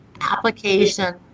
application